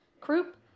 croup